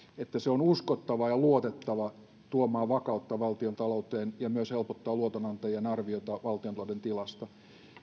että se on uskottava ja luotettava tuomaan vakautta valtiontalouteen ja myös helpottaa luotonantajien arviota valtiontalouden tilasta